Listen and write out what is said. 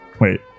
Wait